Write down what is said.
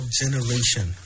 generation